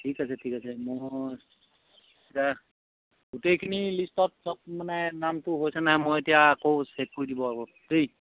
ঠিক আছে ঠিক আছে মোৰ এতিয়া গোটেইখিনি লিষ্টত চব মানে নামটো হৈছে নাই মই এতিয়া আকৌ ছেক কৰি দিব আকৌ দেই